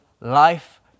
Life